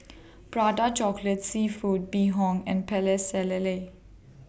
Prata Chocolate Seafood Bee Hoon and Lele